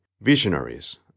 Visionaries